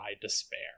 despair